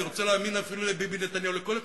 אני רוצה להאמין אפילו לביבי נתניהו, לכל אחד.